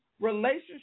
relationship